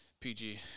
PG